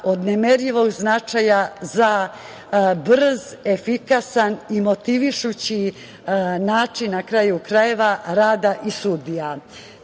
od nemerljivog značaja za brz, efikasan i motivišući način, na kraju krajeva, rada i sudija. Takođe